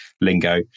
lingo